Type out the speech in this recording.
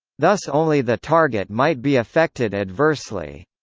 thus only the target might be affected adversely.